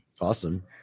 Awesome